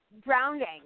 drowning